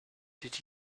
did